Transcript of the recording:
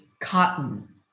cotton